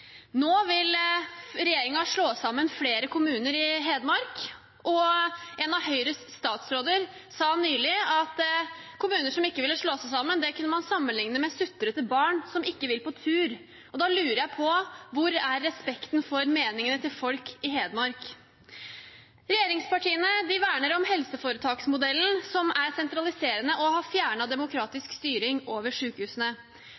Nå vil regjeringen slå sammen flere kommuner i Hedmark, og en av Høyres statsråder sa nylig at kommuner som ikke ville slå seg sammen, kunne man sammenligne med sutrete barn som ikke vil på tur. Da lurer jeg på: Hvor er respekten for meningene til folk i Hedmark? Regjeringspartiene verner om helseforetaksmodellen, som er sentraliserende og har